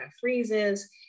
freezes